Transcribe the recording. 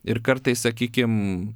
ir kartais sakykim